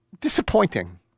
Disappointing